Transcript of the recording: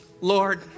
Lord